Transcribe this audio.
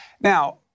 Now